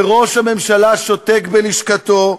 וראש הממשלה שותק בלשכתו,